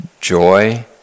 joy